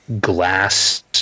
glass